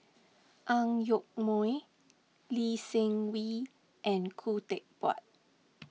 Ang Yoke Mooi Lee Seng Wee and Khoo Teck Puat